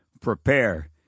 Prepare